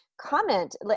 Comment